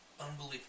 Unbelievable